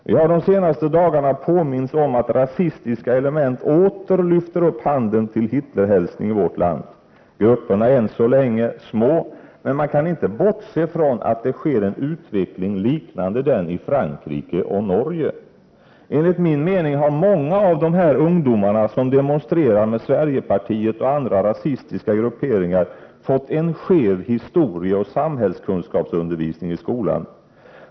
Vi har de senaste dagarna påmints om att rasistiska element åter lyfter upp handen till Hitlerhälsning i vårt land. Grupperna är än så länge små, men man kan inte bortse från att det sker en utveckling liknande den i Frankrike och Norge. Enligt min mening har många av de här ungdomarna som demonstrerar med Sverigepartiet och andra rasistiska grupperingar fått en skev historieoch samhällskunskapsundervisning i skolan.